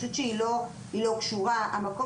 דווקא ההתנגדות מדאיגה אותי יותר.